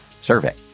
survey